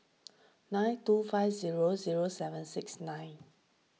nine two five zero zero seven six nine